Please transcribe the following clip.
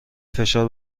فشار